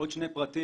עוד שני פרטים,